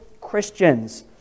Christians